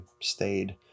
stayed